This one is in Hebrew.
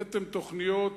הבאתם תוכניות,